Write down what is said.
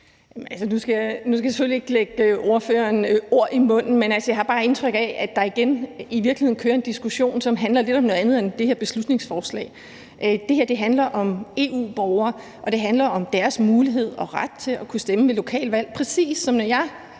selvfølgelig ikke lægge spørgeren ord i munden, men jeg har bare indtryk af, at der i virkeligheden igen kører en diskussion, som handler lidt om noget andet end det her beslutningsforslag. Det her handler om EU-borgere, og det handler om deres mulighed for og ret til at kunne stemme ved lokalvalg, præcis ligesom jeg